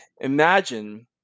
imagine